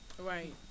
right